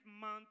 month